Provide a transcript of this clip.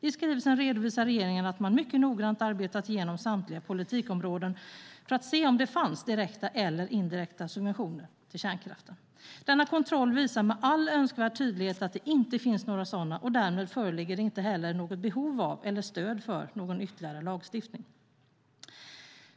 I skrivelsen redovisar regeringen att man mycket noggrant arbetat igenom samtliga politikområden för att se om det fanns direkta eller indirekta subventioner till kärnkraften. Denna kontroll visar med all önskvärd tydlighet att det inte finns några sådana, och därmed föreligger det inte heller något behov av eller stöd för någon ytterligare lagstiftning.